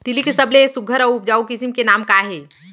तिलि के सबले सुघ्घर अऊ उपजाऊ किसिम के नाम का हे?